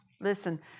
Listen